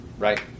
Right